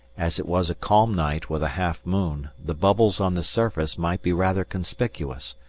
as it was a calm night with a half-moon, the bubbles on the surface might be rather conspicuous,